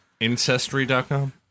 Ancestry.com